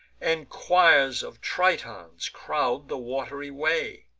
and choirs of tritons crowd the wat'ry way.